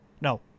No